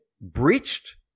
breached